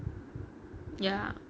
ya